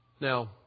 Now